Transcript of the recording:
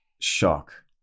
shock